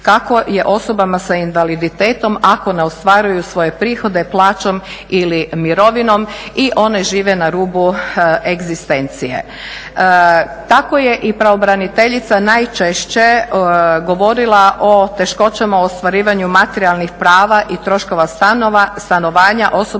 kako je osobama sa invaliditetom ako ne ostvaruju svoje prihode plaćom ili mirovinom i one žive na rubu egzistencije. Tako je i pravobraniteljica najčešće govorila o teškoćama u ostvarivanju materijalnih prava i troškova stanovanja osoba